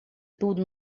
tudo